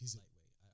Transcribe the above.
lightweight